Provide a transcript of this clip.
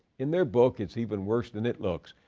in their book, it's even worse than it looks,